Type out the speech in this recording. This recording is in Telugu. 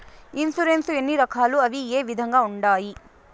ఇన్సూరెన్సు ఎన్ని రకాలు అవి ఏ విధంగా ఉండాయి